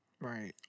Right